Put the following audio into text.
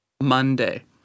Monday